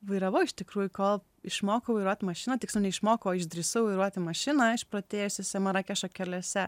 vairavau iš tikrųjų kol išmokau vairuot mašiną tiksliau neišmokau o išdrįsau vairuoti mašiną išprotėjusiose marakešo keliose